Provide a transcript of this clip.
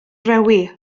rhewi